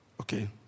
okay